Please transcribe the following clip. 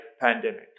pandemic